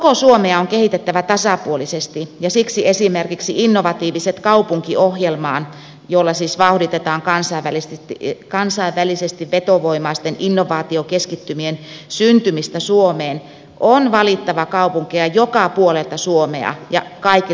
koko suomea on kehitettävä tasapuolisesti ja siksi esimerkiksi innovatiiviset kaupungit ohjelmaan jolla siis vauhditetaan kansainvälisesti vetovoimaisten innovaatiokeskittymien syntymistä suomeen on valittava kaupunkeja joka puolelta suomea ja kaikilta alueilta